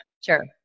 Sure